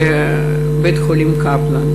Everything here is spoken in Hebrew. ובית-החולים קפלן,